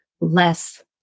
less